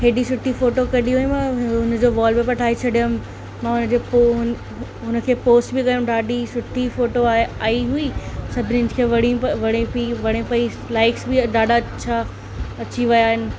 हेॾी सुठी फ़ोटो कढी हुई मां हुन जो वॉलपेपर ठाहे छॾियमि मां हुन जेको हुन हुन खे पोस्ट बि कयमि ॾाढी सुठी फ़ोटो आहे आई हुई सभिनीनि खे वणी वणे पई वणे पई लाइक्स बि ॾाढा अच्छा अची विया आहिनि